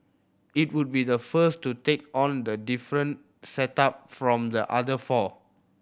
it will be the first to take on the different setup from the other four